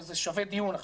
זה שווה דיון,